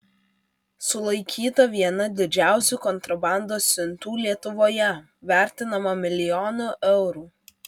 sulaikyta viena didžiausių kontrabandos siuntų lietuvoje vertinama milijonu eurų